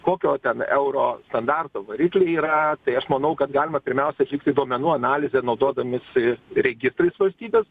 kokio ten euro standarto variklių yra tai aš manau kad galima pirmiausia atlikti duomenų analizę naudodamiesis registrais valstybes